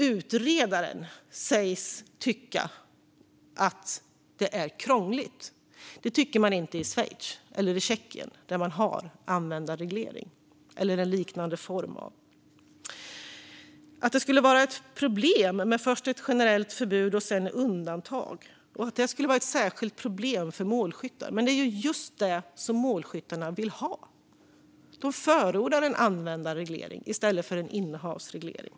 Utredaren sägs tycka att det är krångligt. Det tycker man inte i Schweiz och i Tjeckien, där man har användarreglering eller en liknande form av reglering. Det sägs att det skulle vara ett problem med först ett generellt förbud och sedan undantag och att detta skulle vara ett särskilt problem för målskyttar. Men det är ju just detta som målskyttarna vill ha. De förordar en användarreglering i stället för en innehavsreglering.